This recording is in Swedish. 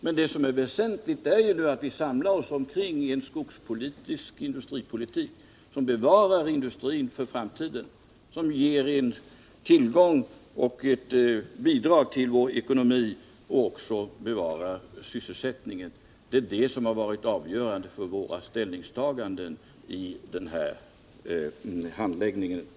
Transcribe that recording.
Men vad som är väsentligt nu är att vi samlar oss om en skogspolitisk industripolitik som bevarar industrin för framtiden, som bidrar till att förbättra vår ekonomi och som främjar sysselsättningen. Det är det som har varit avgörande för våra ställningstaganden vid behandlingen av detta ärende.